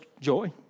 joy